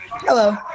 Hello